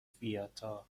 فیاتا